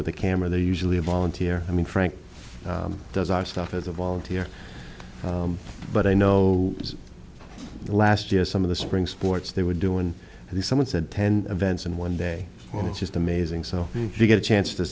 with a camera they're usually a volunteer i mean frank does our stuff as a volunteer but i know last year some of the spring sports they were doing the someone said ten events in one day when it's just amazing so you get a chance to